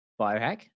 biohack